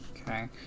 Okay